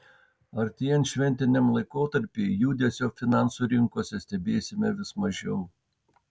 artėjant šventiniam laikotarpiui judesio finansų rinkose stebėsime vis mažiau